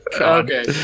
Okay